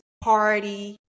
party